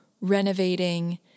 renovating